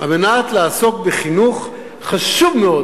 כדי לעסוק בחינוך חשוב מאוד,